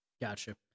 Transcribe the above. Gotcha